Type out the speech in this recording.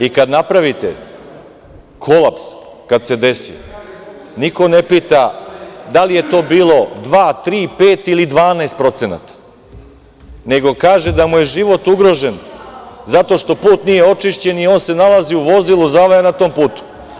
I kada napravite kolaps, kad se desi, niko ne pita da li je to bilo dva, tri, pet ili 12%, nego kaže da mu je život ugrožen zato što put nije očišćen i on se nalazi u vozilu zavejan na tom putu.